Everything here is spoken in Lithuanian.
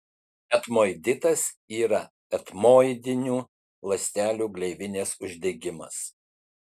etmoiditas yra etmoidinių ląstelių gleivinės uždegimas